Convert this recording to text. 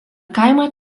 kaimą